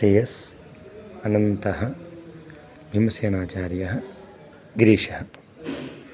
श्रेयस् अनन्तः भीमसेनाचार्यः गिरीशः